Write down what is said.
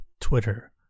Twitter